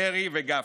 דרעי וגפני.